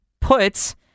puts